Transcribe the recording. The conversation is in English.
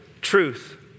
truth